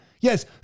Yes